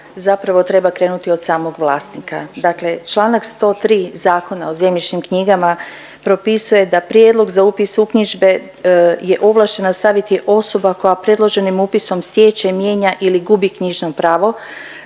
zapravo treba krenuti od samog vlasnika. Dakle Članak 103. Zakona o zemljišnim knjigama propisuje da prijedlog za upis uknjižbe je ovlaštena staviti osoba koja predloženim upisom stječe, mijenja ili gubi knjižno pravo